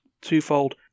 twofold